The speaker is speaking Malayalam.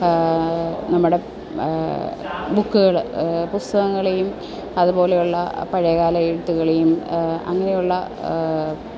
നമ്മുടെ ബുക്കുകൾ പുസ്തകങ്ങളെയും അതുപോലെയുള്ള പഴയകാല എഴുത്തുകളെയും അങ്ങനെയുള്ള